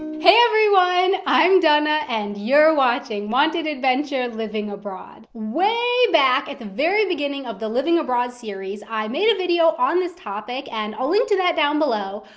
hey everyone! i'm dana and you're watching wanted adventure living abroad. way back at the very beginning of the living abroad series i made a video on this topic, and i'll link to that down below.